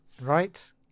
right